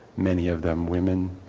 many of them women,